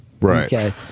Right